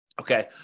Okay